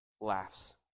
laughs